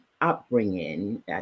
upbringing